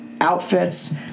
outfits